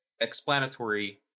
explanatory